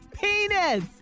penis